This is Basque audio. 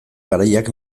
garaiak